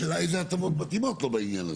השאלה היא אילו הטבות מתאימות לו בעניין הזה.